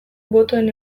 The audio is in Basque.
botoen